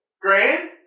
Grand